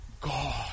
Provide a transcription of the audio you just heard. God